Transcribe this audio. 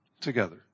together